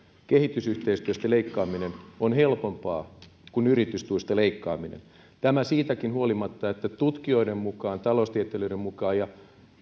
kehitysyhteistyöstä leikkaaminen on helpompaa kuin yritystuista leikkaaminen tämä siitäkin huolimatta että tutkijoiden mukaan taloustieteilijöiden mukaan ja